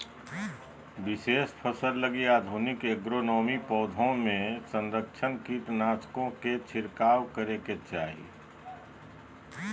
विशेष फसल लगी आधुनिक एग्रोनोमी, पौधों में संकरण, कीटनाशकों के छिरकाव करेके चाही